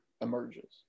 emerges